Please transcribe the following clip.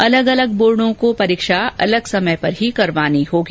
अलग अलग बोर्डो को परीक्षा अलग समय पर ही करवानी होगी